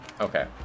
Okay